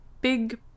big